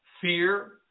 fear